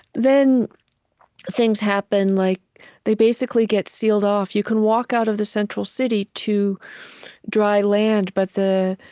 then things happen like they basically get sealed off. you can walk out of the central city to dry land, but the